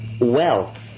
wealth